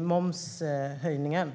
momshöjningen.